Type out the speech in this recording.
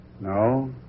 No